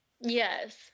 Yes